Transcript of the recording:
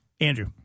Andrew